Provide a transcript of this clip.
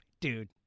dude